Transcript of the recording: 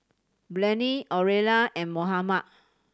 Blane Aurilla and Mohammed